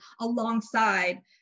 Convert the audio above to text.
alongside